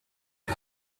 his